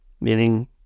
meaning